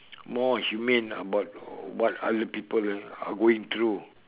more humane about what other people are are going through